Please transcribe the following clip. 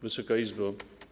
Wysoka Izbo!